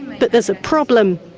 but there's a problem.